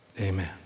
Amen